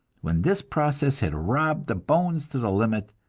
when this process had robbed the bones to the limit,